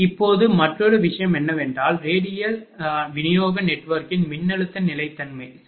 இப்போது மற்றொரு விஷயம் என்னவென்றால் ரேடியல் விநியோக நெட்வொர்க்கின் மின்னழுத்த நிலைத்தன்மை சரி